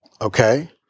Okay